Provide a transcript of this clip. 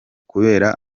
kubera